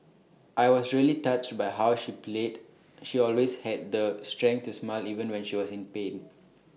I was really touched by how she play she always had the strength to smile even when she was in pain